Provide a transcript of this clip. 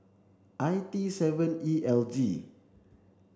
I T seven E L G